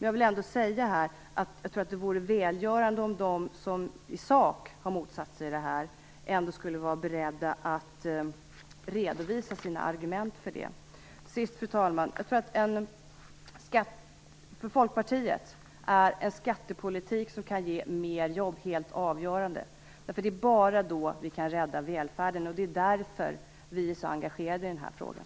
Jag vill ändå säga att jag tror att det vore välgörande om de som i sak har motsatt sig det här vore beredda att redovisa sina argument för det. Fru talman! För Folkpartiet är en skattepolitik som kan ge mer jobb helt avgörande. Det är bara då vi kan rädda välfärden. Det är därför vi är så engagerade i den här frågan.